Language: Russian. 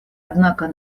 однако